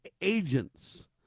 agents